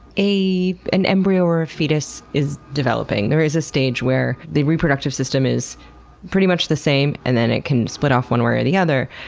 an embryo, or a fetus is developing, there is a stage where the reproductive system is pretty much the same and then it can split off one way or the other.